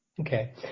Okay